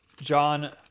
John